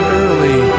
early